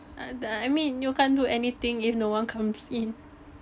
I mean you can't do anything if no one comes in